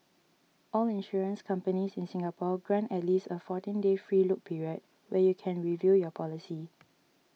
all insurance companies in Singapore grant at least a fourteen day free look period where you can review your policy